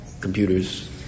computers